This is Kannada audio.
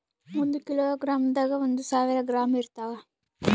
ಒಂದ್ ಕಿಲೋಗ್ರಾಂದಾಗ ಒಂದು ಸಾವಿರ ಗ್ರಾಂ ಇರತಾವ